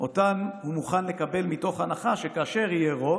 שאותן הוא מוכן לקבל מתוך הנחה שכאשר יהיה רוב,